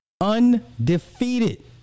Undefeated